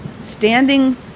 standing